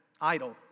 idle